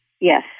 Yes